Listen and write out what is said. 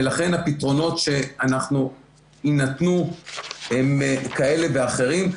ולכן הפתרונות שיינתנו הם כאלה ואחרים.